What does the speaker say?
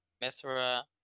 Mithra